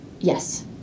Yes